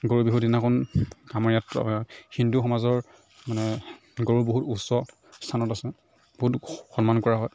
গৰু বিহুৰ দিনাখন আমাৰ ইয়াত হিন্দু সমাজৰ মানে গৰু বহুত উচ্চ স্থানত আছে বহুত সন্মান কৰা হয়